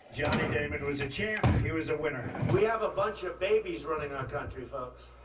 johnny damon was a champ, he was a winner. we have a bunch of babies running our country, folks.